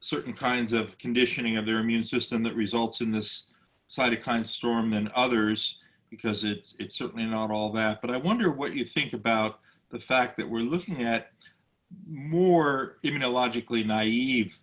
certain kinds of conditioning of their immune system that results in this cytokine storm than others because it's it's certainly not all that. but i wonder what you think about the fact that we're looking at more immunologically naive